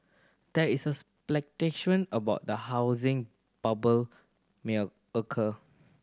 there is speculation about the housing bubble may a occur